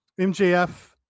MJF